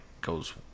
goes